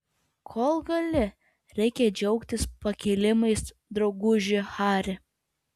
kol gali reikia džiaugtis pakilimais drauguži hari